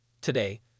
Today